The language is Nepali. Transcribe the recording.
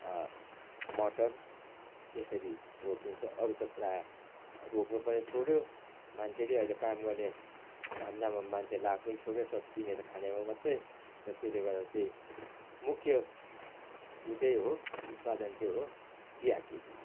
मटर यसरी रोपिन्छ अरू त प्रायः रोप्न पनि छोड्यो मान्छेले अहिले काम गर्ने धन्दामा मान्छेहरू लाग्नै छोड्यो सब किनेर खानेमा मात्रै र त्यसले गर्दा चाहिँ मुख्य ऊ चाहिँ हो उत्पादन चाहिँ हो चिया खेती